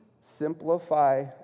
simplify